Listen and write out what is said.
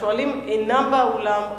השואלים אינם באולם,